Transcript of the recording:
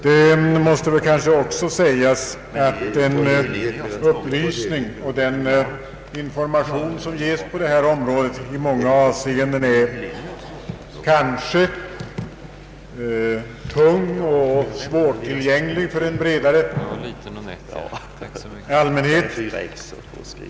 Den upplysning som ges på det här området är i många avseenden tung och svårtillgänglig för en bredare allmänhet.